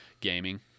gaming